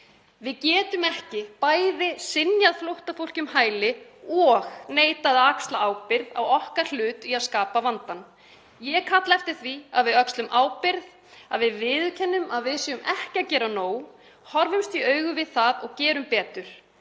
Við getum ekki bæði synjað flóttafólki um hæli og neitað að axla ábyrgð á okkar hlut í að skapa vandann. Ég kalla eftir því að við öxlum ábyrgð, að við viðurkennum að við séum ekki að gera nóg, horfumst í augu við það og gerum betur.